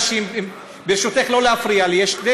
ברשותך, לא להפריע לי.